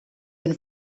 been